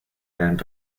gran